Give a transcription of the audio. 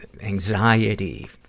anxiety